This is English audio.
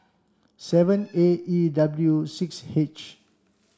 seven A E W six H